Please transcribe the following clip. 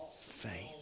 Faith